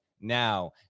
now